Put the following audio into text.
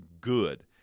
good